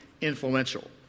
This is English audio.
influential